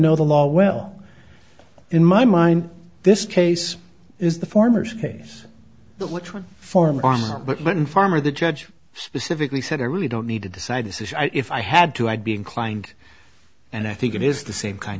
know the law well in my mind this case is the former's case which one farmer but one farmer the judge specifically said i really don't need to decide this issue if i had to i'd be inclined and i think it is the same kind